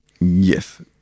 yes